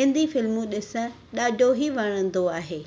हिंदी फिल्मूं ॾिसणु ॾाढो ई वणंदो आहे